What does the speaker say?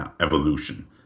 evolution